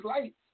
lights